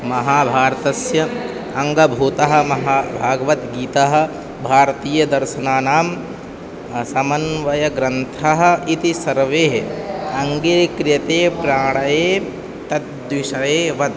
महाभारतस्य अङ्गभूतः भगवद्गीता भारतीयदर्शनानां समन्वयग्रन्थः इति सर्वे अङ्गीक्रियते प्रायेण तद्विषये व